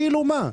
כאילו מה?